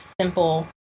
simple